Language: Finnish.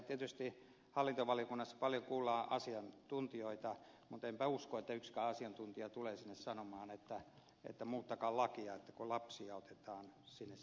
tietysti hallintovaliokunnassa paljon kuullaan asiantuntijoita mutta enpä usko että yksikään asiantuntija tulee sinne sanomaan että muuttakaa lakia kun lapsia otetaan sinne säilöön